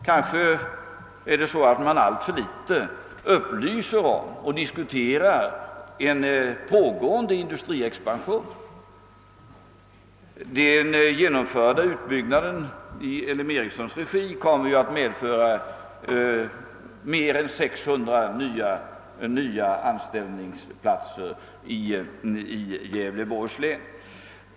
Kanske man alltför litet upplyser om och diskuterar en pågående industriexpansion. Den genomförda utbyggnaden i L M Ericssons regi kommer ju att medföra mer än 600 nya anställningsplatser i Gävleborgs län.